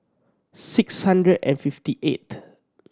six hundred and fifty eighth